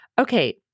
okay